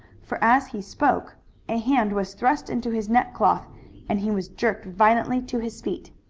for as he spoke a hand was thrust into his neckcloth and he was jerked violently to his feet.